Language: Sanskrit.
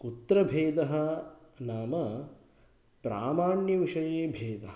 कुत्र भेदः नाम प्रामाण्यविषये भेदः